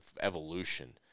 evolution